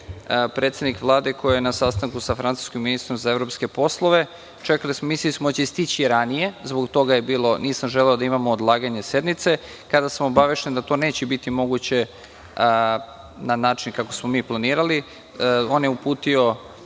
predsednik Vlade koji je na sastanku sa francuskim ministrom za evropske poslove. Mislili smo da će moći stići ranije zbog toga nisam želeo da imamo odlaganje sednice. Kada sam obavešten da to neće biti moguće na način kako smo mi planirali, on je uputio,